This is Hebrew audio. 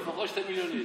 לפחות שני מיליון איש.